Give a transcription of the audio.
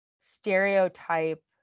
stereotype